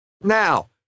Now